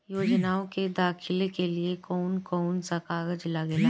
योजनाओ के दाखिले के लिए कौउन कौउन सा कागज लगेला?